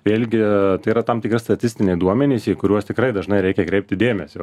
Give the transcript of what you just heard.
vėlgi tai yra tam tikri statistiniai duomenys į kuriuos tikrai dažnai reikia kreipti dėmesio